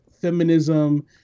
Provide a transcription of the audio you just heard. feminism